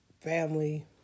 family